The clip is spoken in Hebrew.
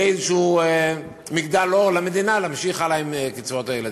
יהיה איזה מגדלור למדינה להמשיך הלאה עם קצבאות הילדים.